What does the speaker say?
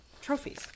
trophies